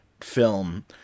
film